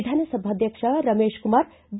ವಿಧಾನಸಭಾಧ್ಯಕ್ಷ ರಮೇಶ್ಕುಮಾರ್ ಬಿ